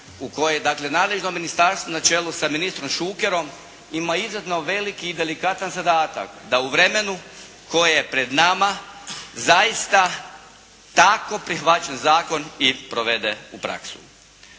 u kojoj je dakle nadležno ministarstvo na čelu s ministrom Šukerom ima izuzetno veliki i delikatan zadatak, da u vremenu koje je pred nama zaista tako prihvaćen zakon i provede u praksu.